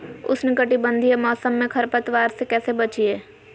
उष्णकटिबंधीय मौसम में खरपतवार से कैसे बचिये?